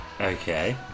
Okay